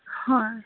হয়